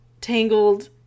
Tangled